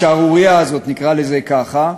השערורייה הזאת, נקרא לזה כך.